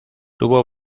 tuvo